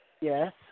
Yes